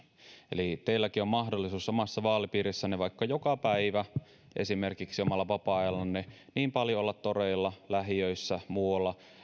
eli teilläkin on mahdollisuus omassa vaalipiirissänne vaikka joka päivä esimerkiksi omalla vapaa ajallanne olla toreilla lähiöissä muualla